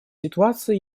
ситуация